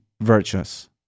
virtuous